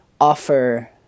offer